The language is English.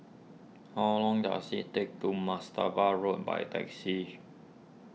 how long does it take to Marstaban Road by taxi